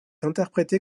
interprétée